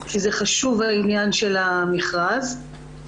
כי עניין המכרז הוא חשוב.